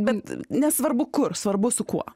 bet nesvarbu kur svarbu su kuo